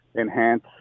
enhance